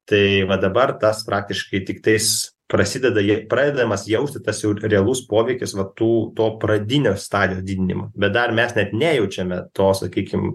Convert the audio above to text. tai va dabar tas praktiškai tiktais prasideda je jau pradedamas jausti tas jau realus poveikis va tų to pradinio stadija didinimo bet dar mes net nejaučiame to sakykim